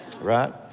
Right